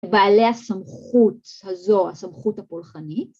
‫בעלי הסמכות הזו, הסמכות הפולחנית.